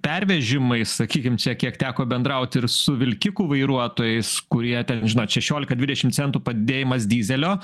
pervežimai sakykim čia kiek teko bendrauti ir su vilkikų vairuotojais kurie ten žinot šešiolika dvidešim centų padidėjimas dyzelio